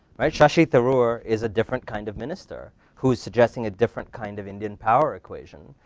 shashi tharoor is a different kind of minister who's suggesting a different kind of indian power equation.